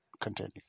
continue